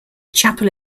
chapel